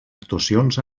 actuacions